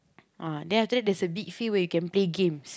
ah then after that there's a big field where you can play games